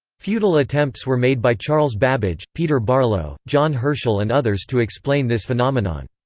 futile attempts were made by charles babbage, peter barlow, john herschel and others to explain this phenomenon.